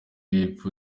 y’epfo